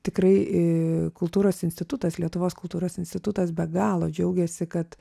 tikrai kultūros institutas lietuvos kultūros institutas be galo džiaugiasi kad